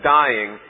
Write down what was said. dying